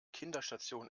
kinderstation